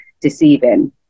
deceiving